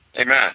Amen